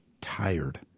tired